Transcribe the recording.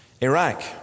Iraq